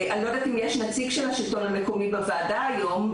אני לא יודעת אם יש נציג מטעם השלטון המקומי בישיבת הוועדה היום,